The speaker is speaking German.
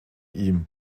ihm